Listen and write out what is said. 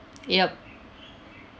yup